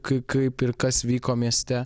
kaip ir kas vyko mieste